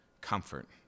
comfort